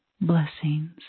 Blessings